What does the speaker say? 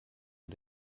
nur